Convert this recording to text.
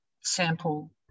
sample